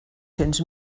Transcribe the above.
cents